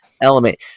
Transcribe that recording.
element